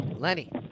Lenny